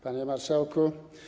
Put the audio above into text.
Panie Marszałku!